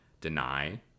deny